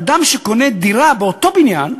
אדם שקונה דירה באותו בניין,